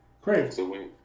Crazy